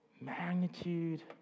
magnitude